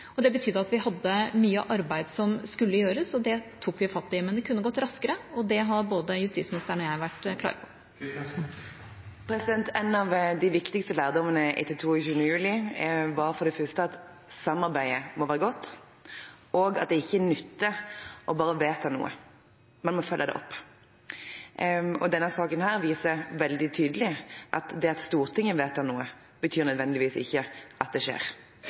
regjeringa. Det betydde at vi hadde mye arbeid som skulle gjøres, og det tok vi fatt i. Men det kunne ha gått raskere, og det har både justisministeren og jeg vært klare på. En av de viktigste lærdommene etter 22. juli er for det første at samarbeidet må være godt, og at det ikke nytter bare å vedta noe, man må følge det opp. Denne saken viser veldig tydelig at det at Stortinget vedtar noe, betyr nødvendigvis ikke at det skjer.